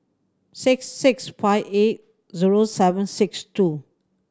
six six five eight zero seven six two